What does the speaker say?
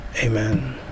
Amen